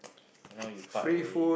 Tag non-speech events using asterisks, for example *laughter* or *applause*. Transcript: *noise* you know you part away